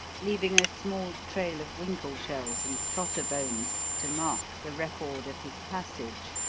leaving a small trail of winkle shells and trotter bones to mark the record of his passage,